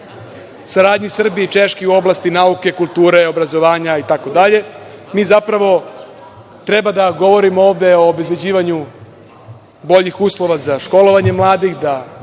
saradnji Srbije i Češke u oblasti nauke, kulture, obrazovanja, itd, mi zapravo treba da govorimo ovde o obezbeđivanju boljih uslova za školovanje mladih, da